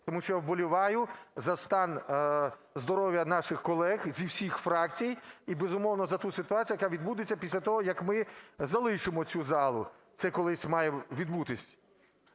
тому що я вболіваю за стан здоров'я наших колег зі всіх фракцій і, безумовно, за ту ситуацію, яка відбудеться після того, як ми залишимо цю залу. Це колись має відбутись.